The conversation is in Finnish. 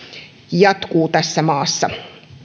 jatkuu tässä maassa